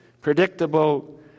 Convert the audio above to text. predictable